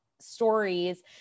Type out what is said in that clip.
stories